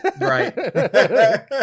right